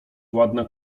ładna